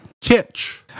Kitch